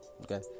okay